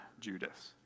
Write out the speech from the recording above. Judas